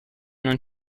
non